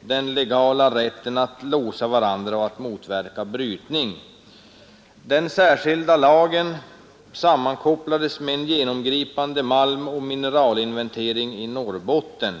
den legala rätten att låsa varandra och motverka brytning. Den särskilda lagen sammankopplades med en genomgripande malmoch mineralinventering i Norrbotten.